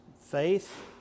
faith